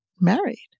married